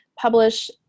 publish